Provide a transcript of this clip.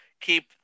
keep